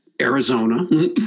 Arizona